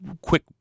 quick